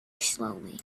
slowly